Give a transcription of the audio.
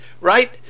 right